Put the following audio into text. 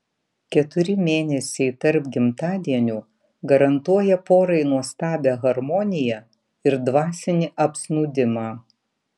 keturi mėnesiai tarp gimtadienių garantuoja porai nuostabią harmoniją ir dvasinį apsnūdimą